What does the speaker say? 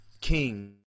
King